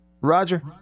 Roger